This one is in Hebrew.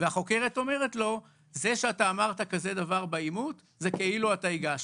והחוקרת אומרת לו: זה שאתה אמרת כזה דבר בעימות זה כאילו אתה הגשת.